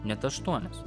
net aštuonios